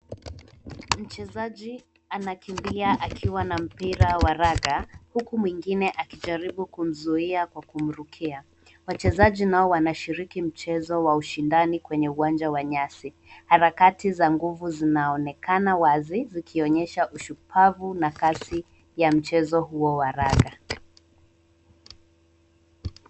Mchezaji anakimbia akiwa na mpira wa raga huku mwingine akijaribu kumzuia kwa kumrukia. Wachezaji nao wanashiriki mchezo wa ushindani kwenye uwanja wa nyasi. Harakati za nguvu zinaonekana wazi zikionyesha ushupavu na kasi wa mchezo huo wa raga.